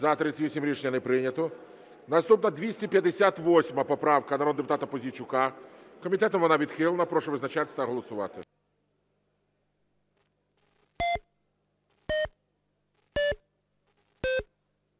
За-38 Рішення не прийнято. Наступна 258 поправка народного депутата Пузійчука. Комітетом вона відхилена. Прошу визначатись та голосувати.